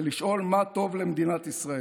ולשאול מה טוב למדינת ישראל.